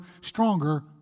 stronger